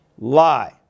Lie